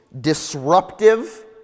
disruptive